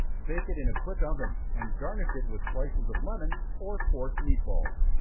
bake it in a quick oven, and garnish it with slices of lemon, or force meat balls.